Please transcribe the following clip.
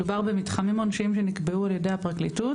מדובר במתחמי עונשים שנקבעו על ידי הפרקליטות,